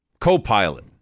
co-pilot